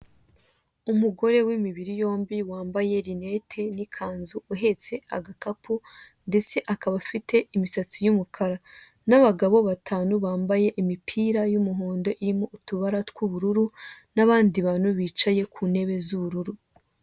Umugore w'imibiri yombi wambaye rinete n'ikanzu, uhetse agakapu ndetse akaba afite imisatsi y'umukara, n'abagabo batanu bambaye imipira y'umuhondo irimo utubara tw'ubururu, n'abandi bantu bicaye ku ntebe z'ubururu.